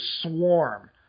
swarm